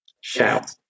Shout